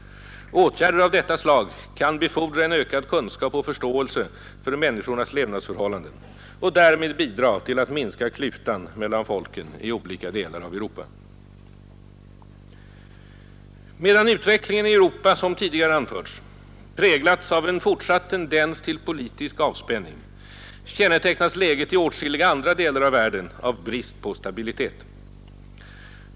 Åtgärder av detta slag kan befordra en ökad kunskap och förståelse för människornas levnadsförhållanden och därmed bidra till att minska klyftan mellan folken i olika delar av Europa. Medan utvecklingen i Europa som tidigare anförts präglas av en fortsatt tendens till politisk avspänning, kännetecknas läget i åtskilliga andra delar av världen av brist på stabilitet.